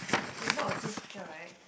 okay it's not the same picture right